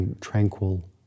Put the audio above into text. tranquil